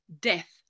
death